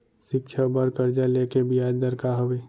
शिक्षा बर कर्जा ले के बियाज दर का हवे?